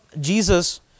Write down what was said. Jesus